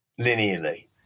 linearly